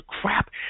crap